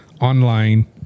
online